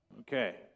Okay